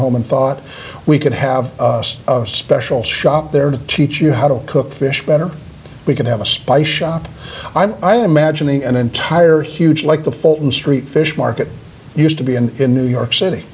home and thought we could have a special shop there to teach you how to cook fish better we can have a spice shop i imagine an entire huge like the fulton street fish market used to be and in new york city